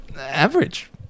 average